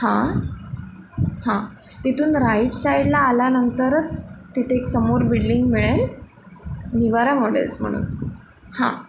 हां हां तिथून राईट साईडला आल्यानंतरच तिथे एक समोर बिल्डिंग मिळेल निवारा माॅडेल्स म्हणून हां